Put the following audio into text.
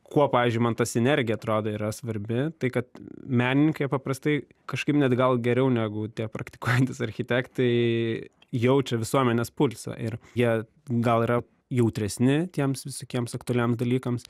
kuo pavyzdžiui man ta sinergija atrodo yra svarbi tai kad menininkai jie paprastai kažkaip net gal geriau negu tie praktikuojantys architektai jaučia visuomenės pulsą ir jie gal yra jautresni tiems visokiems aktualiem dalykams